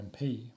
MP